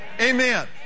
Amen